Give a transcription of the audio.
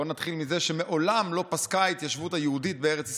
בוא נתחיל מזה שמעולם לא פסקה ההתיישבות היהודית בארץ ישראל.